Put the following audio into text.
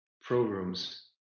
programs